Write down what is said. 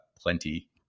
plenty